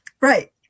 Right